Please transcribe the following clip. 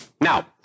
Now